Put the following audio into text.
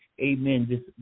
amen